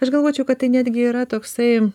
aš galvočiau kad tai netgi yra toksai